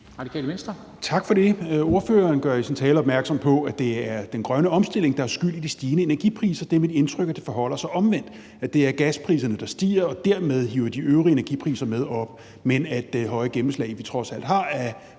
Petersen (RV): Tak for det. Ordføreren gør i sin tale opmærksom på, at det er den grønne omstilling, der er skyld i de stigende energipriser. Det er mit indtryk, at det forholder sig omvendt: at det er gaspriserne, der stiger og dermed hiver de øvrige energipriser med op, men at det høje gennemslag, vi trods alt har af